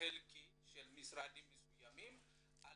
חלקי של משרדים מסוימים על